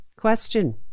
question